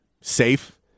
safe